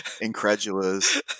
incredulous